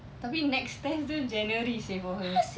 tapi next test dia january seh for her